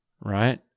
right